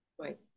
right